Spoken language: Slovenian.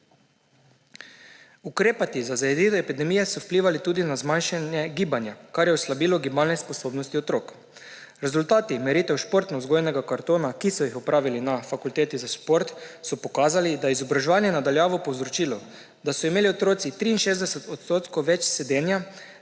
Ukrepi za zajezitev epidemije so vplivali tudi na zmanjšanje gibanja, kar je oslabilo gibalne sposobnosti otrok. Rezultati meritev športnovzgojnega kartona, ki so jih opravili na Fakulteti za šport, so pokazali, da je izobraževanje na daljavo povzročilo, da so imeli otroci 63 odstotkov več sedenja,